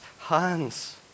hands